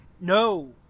No